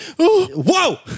whoa